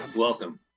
welcome